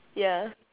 ya